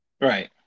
Right